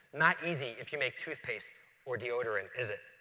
not easy if you make toothpaste or deodorant, is it?